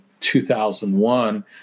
2001